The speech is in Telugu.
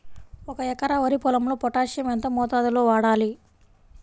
ఒక ఎకరా వరి పొలంలో పోటాషియం ఎంత మోతాదులో వాడాలి?